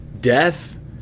death